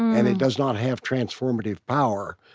and it does not have transformative power.